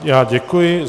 Já děkuji.